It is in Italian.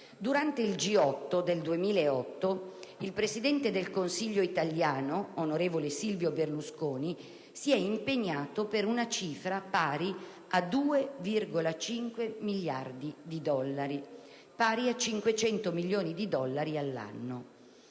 Durante il G8 del 2008, il Presidente del Consiglio italiano, onorevole Silvio Berlusconi, si è impegnato per una cifra pari a 2,5 miliardi di dollari per la salute globale, pari a 500 milioni di dollari all'anno.